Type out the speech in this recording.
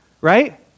Right